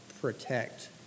protect